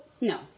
no